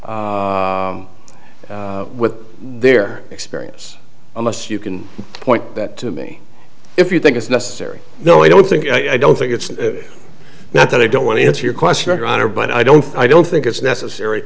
with their experience unless you can point that to me if you think it's necessary no i don't think i don't think it's not that i don't want to answer your question or honor but i don't i don't think it's necessary